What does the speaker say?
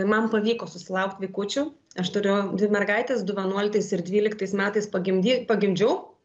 man pavyko susilaukt vaikučių aš turiu dvi mergaites du vienuoliktais ir dvyliktais metais pagimdy pagimdžiau